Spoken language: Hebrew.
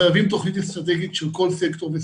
חייבים תוכנית אסטרטגית של כל סקטור וסקטור.